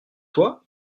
toi